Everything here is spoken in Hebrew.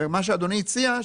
מה שאדוני הציע,